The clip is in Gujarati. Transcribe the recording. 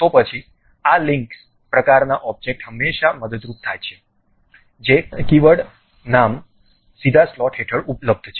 તો પછી આ લિંક્સ પ્રકારના ઓબ્જેક્ટ હંમેશા મદદરૂપ થાય છે જે કી વર્ડ નામ સીધા સ્લોટ હેઠળ ઉપલબ્ધ છે